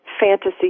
fantasy